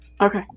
okay